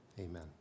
Amen